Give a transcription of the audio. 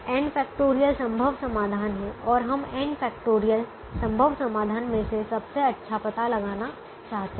n factorial संभव समाधान हैं और हम n फैक्टोरियल संभव समाधान में से सबसे अच्छा पता लगाना चाहते हैं